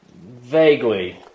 Vaguely